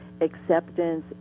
acceptance